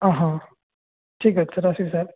ଅ ହଁ ଠିକ୍ ଅଛି ସାର୍ ଆସିବି ସାର୍